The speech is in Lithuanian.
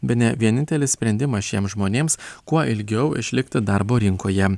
bene vienintelis sprendimas šiem žmonėms kuo ilgiau išlikti darbo rinkoje